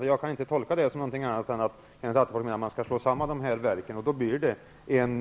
Jag kan inte tolka det på något annat sätt än att Kenneth Attefors menar att man skall slå samman dessa verk. Då får